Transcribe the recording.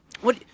What-